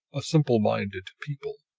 a simple-minded people,